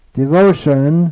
devotion